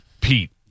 Pete